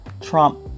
Trump